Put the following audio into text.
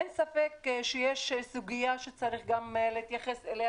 אין ספק שיש סוגיה שצריך גם להתייחס אליה,